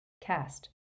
cast